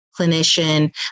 clinician